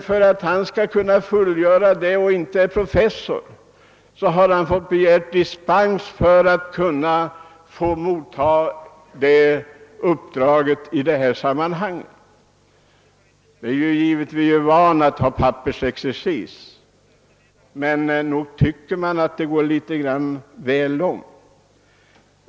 För att han skall kunna fullgöra denna uppgift utan professors titel har han måst begära dispens. Visst är vi vana vid pappersexercis, men nog går den ibland litet väl långt.